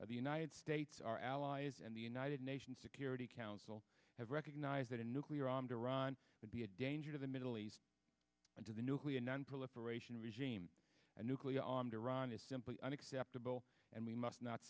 of the united states our allies and the united nations security council have recognize that a nuclear armed iran would be a danger to the middle east and to the nuclear nonproliferation regime a nuclear armed iran is simply unacceptable and we must not